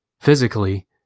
physically